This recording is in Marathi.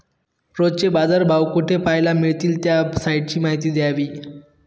रोजचे बाजारभाव कोठे पहायला मिळतील? त्या साईटची माहिती द्यावी